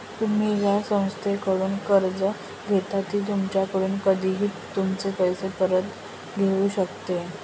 तुम्ही ज्या संस्थेकडून कर्ज घेता ती तुमच्याकडून कधीही तुमचे पैसे परत घेऊ शकते